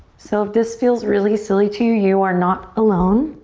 so if this feels really silly to you, you are not alone.